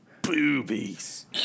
boobies